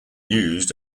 used